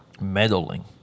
meddling